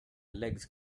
legs